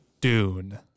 Dune